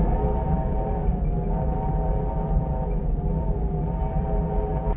oh